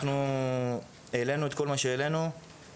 אנחנו העלנו את כל מה שהעלנו ואנחנו